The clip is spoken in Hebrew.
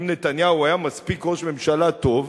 אם נתניהו היה ראש ממשלה מספיק טוב,